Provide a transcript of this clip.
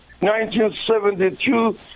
1972